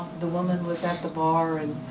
the woman was at the bar and